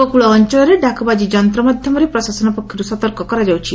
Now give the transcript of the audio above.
ଉପକକ ଅଞ୍ଚଳରେ ଡାକବାଜି ଯନ୍ତ ମାଧ୍ଧମରେ ପ୍ରଶାସନ ପକ୍ଷରୁ ସତର୍କ କରାଯାଉଛି